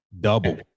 Double